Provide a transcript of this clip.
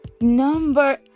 number